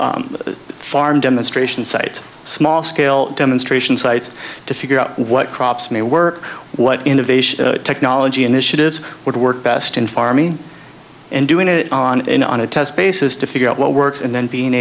farm demonstration sites small scale demonstration sites to figure out what crops may work what innovation technology initiatives would work best in farming and doing it on an on a test basis to figure out what works and then being